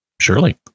Surely